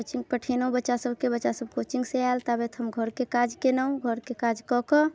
coaching पठेलहुँ बच्चा सबके बच्चा सब कोचिंगसँ आयल ताबति हम घऽरके काज केलहुँ घऽरके काज कऽकऽ